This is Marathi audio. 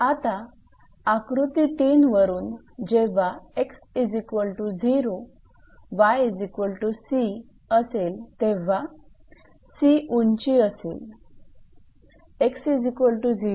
आता आकृती 3 वरून जेव्हा 𝑥0 𝑦𝑐 असेल तेव्हा 𝑐 उंची असेल